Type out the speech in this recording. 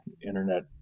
internet